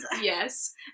Yes